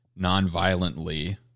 nonviolently